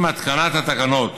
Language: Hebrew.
עם התקנת התקנות